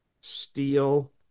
steel